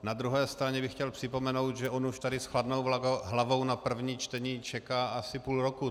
Na druhé straně bych chtěl připomenout, že on už tady s chladnou hlavou na první čtení čeká asi půl roku.